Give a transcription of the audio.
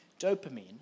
dopamine